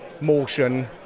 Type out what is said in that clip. motion